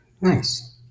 Nice